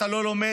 אתה לא לומד,